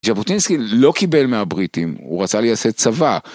ז'בוטינסקי לא קיבל מהבריטים, הוא רצה לייסד צבא.